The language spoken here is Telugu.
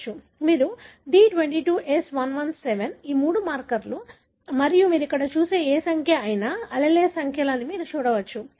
మీరు D22S117 ఈ మూడు మార్కర్లు మరియు మీరు ఇక్కడ చూసే ఏ సంఖ్య అయినా అల్లెల్ సంఖ్యలు అని మీరు చూడవచ్చు